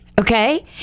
okay